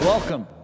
Welcome